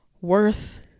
worth